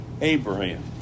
Abraham